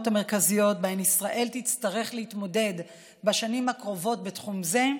המרכזיות שעימן ישראל תצטרך להתמודד בשנים הקרובות בתחום זה,